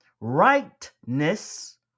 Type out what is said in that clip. Rightness